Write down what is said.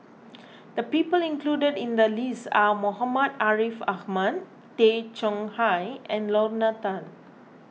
the people included in the list are Muhammad Ariff Ahmad Tay Chong Hai and Lorna Tan